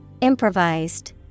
Improvised